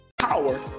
power